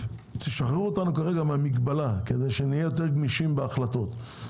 שחררו אותנו כרגע מהמגבלה כדי שנהיה יותר גמישים בהחלטות.